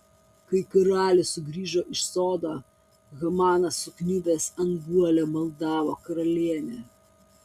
kai karalius sugrįžo iš sodo hamanas sukniubęs ant guolio maldavo karalienę